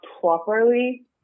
properly